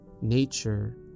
Nature